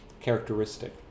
characteristic